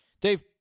Dave